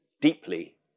deeply